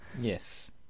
yes